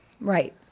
Right